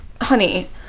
honey